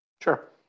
Sure